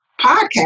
podcast